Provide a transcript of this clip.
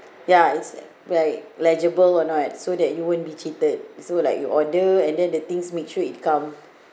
ya it's at like legible or not so that you won't be cheated so like you order and then the things make sure it come